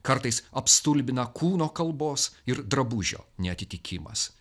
kartais apstulbina kūno kalbos ir drabužio neatitikimas